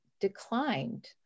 declined